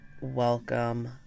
welcome